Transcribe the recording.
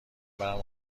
برم